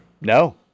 No